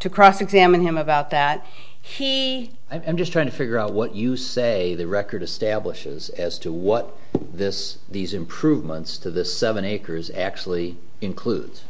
to cross examine him about that he just trying to figure out what you say the record establishes as to what this these improvements to the seven acres actually includes